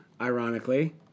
ironically